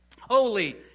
Holy